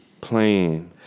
playing